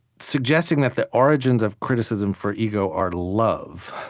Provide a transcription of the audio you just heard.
suggesting that the origins of criticism, for ego, are love,